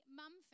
mum